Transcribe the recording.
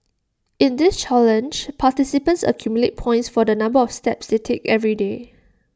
in this challenge participants accumulate points for the number of steps they take every day